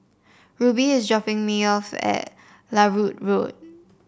Rubie is dropping me off at Larut Road